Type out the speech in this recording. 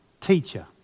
Teacher